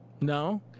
No